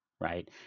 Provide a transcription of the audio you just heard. right